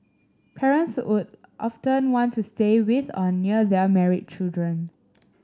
parents would often want to stay with or near their married children